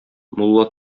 мулла